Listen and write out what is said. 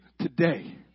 today